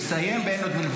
כל דבר זה נס?